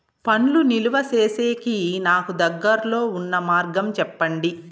పండ్లు నిలువ సేసేకి నాకు దగ్గర్లో ఉన్న మార్గం చెప్పండి?